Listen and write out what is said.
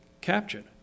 captured